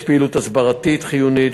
יש פעילות הסברתית חיונית,